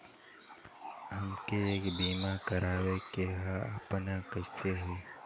हमके एक बीमा करावे के ह आपन कईसे होई?